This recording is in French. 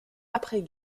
après